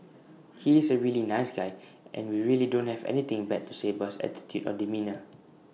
he is A really nice guy and we really don't have anything bad to say about his attitude or demeanour